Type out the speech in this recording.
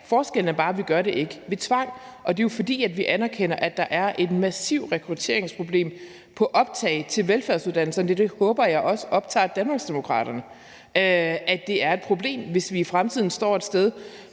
Forskellen er bare, at vi ikke gør det med tvang, og det er jo, fordi vi anerkender, at der er et massivt rekrutteringsproblem med optag til velfærdsuddannelserne. Jeg håber også, at det optager Danmarksdemokraterne, at det er et problem, hvis vi i fremtiden står et sted,